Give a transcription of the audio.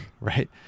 Right